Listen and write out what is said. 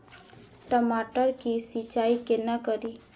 टमाटर की सीचाई केना करी?